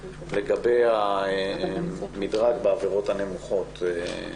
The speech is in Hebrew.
לגבי המדרג בעבירות הנמוכות.